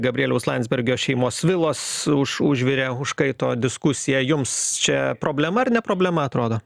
gabrieliaus landsbergio šeimos vilos už užvirė užkaito diskusija jums čia problema ar ne problema atrodo